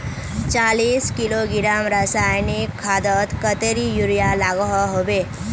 चालीस किलोग्राम रासायनिक खादोत कतेरी यूरिया लागोहो होबे?